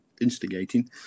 instigating